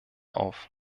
auf